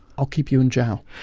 i'll keep you in jail.